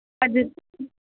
अज्जें